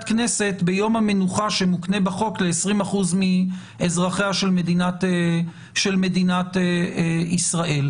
כנסת ביום המנוחה שמוקנה בחוק ל-20% מאזרחיה של מדינת ישראל.